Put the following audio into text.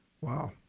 Wow